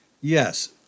Yes